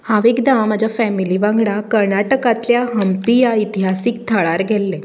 हांव एकदां म्हज्या फॅमीली वांगडा कर्नाटकांतल्या हम्पी ह्या इतिहासीक थळार गेल्लें